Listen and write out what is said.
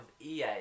EA